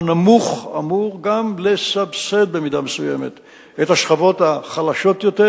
הנמוך אמור גם לסבסד במידה מסוימת את השכבות החלשות יותר,